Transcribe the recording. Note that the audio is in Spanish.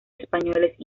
españoles